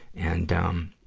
and, um,